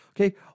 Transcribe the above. Okay